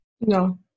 No